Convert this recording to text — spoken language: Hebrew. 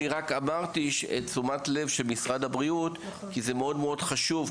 אני רק אמרתי את תשומת לב של משרד הבריאות כי זה מאוד מאוד חשוב,